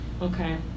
Okay